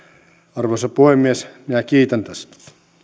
arvoisa puhemies minä kiitän tästä arvoisa